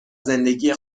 زندگی